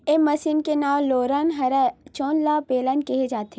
ए मसीन के नांव रोलर हरय जउन ल बेलन केहे जाथे